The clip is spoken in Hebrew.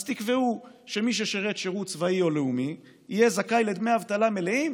אז תקבעו שמי ששירת שירות צבאי או לאומי יהיה זכאי לדמי אבטלה מלאים